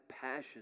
passion